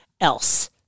else